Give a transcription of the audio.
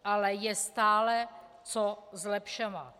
Ale je stále co zlepšovat.